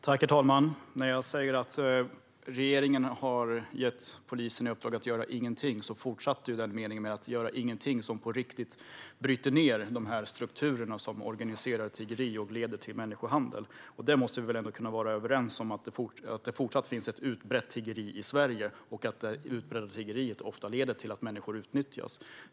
Herr talman! När jag sa att regeringen har gett polisen i uppdrag att göra ingenting, fortsatte den meningen med: som på riktigt bryter ned de strukturer som organiserar tiggeri och leder till människohandel. Vi måste väl ändå kunna vara överens om att det fortsatt finns ett utbrett tiggeri i Sverige och att det utbredda tiggeriet ofta leder till att människor utnyttjas?